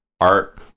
Art